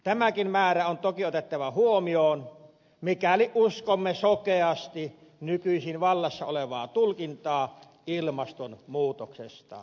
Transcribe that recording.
tämäkin määrä on toki otettava huomioon mikäli uskomme sokeasti nykyisin vallassa olevaa tulkintaa ilmastonmuutoksesta